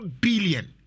billion